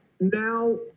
Now